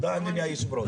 תודה אדוני היו"ר.